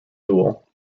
duel